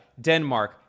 Denmark